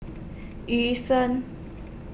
Yu Sheng